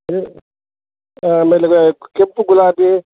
ರೆ ಆಮೇಲೆ ಕೆಂಪು ಗುಲಾಬಿ